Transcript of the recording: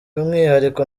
umwihariko